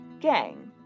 gang